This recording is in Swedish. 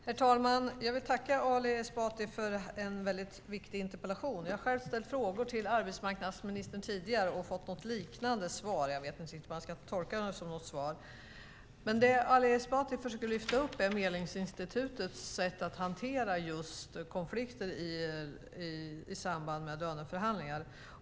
Herr talman! Jag vill tacka Ali Esbati för en viktig interpellation. Jag har själv ställt frågor till arbetsmarknadsministern tidigare och fått något liknande svar. Jag vet inte riktigt om det här ska tolkas som ett svar. Ali Esbati försöker lyfta upp Medlingsinstitutets sätt att hantera konflikter i samband med löneförhandlingar.